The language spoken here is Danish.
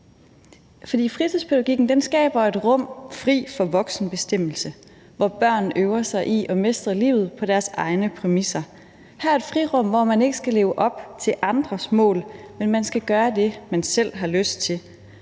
fritidspædagogikken skaber et rum fri for voksenbestemmelse, hvor børn øver sig i at mestre livet på deres egne præmisser. Her er et frirum, hvor man ikke skal leve op til andres mål, men man kan gøre det, man selv har lyst til.